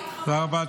תודה רבה.